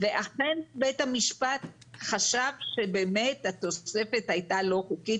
ואכן בית המשפט חשב שבאמת התוספת הייתה לא חוקית,